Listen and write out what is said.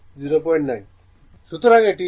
সুতরাং এটি 10669 কিলোওয়াট